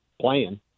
playing